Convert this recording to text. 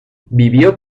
vivió